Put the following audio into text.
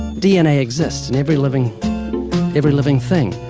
dna exists in every living every living thing.